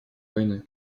войны